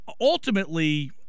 ultimately